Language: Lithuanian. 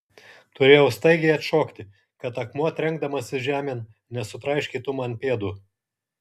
turėjau staigiai atšokti kad akmuo trenkdamasis žemėn nesutraiškytų man pėdų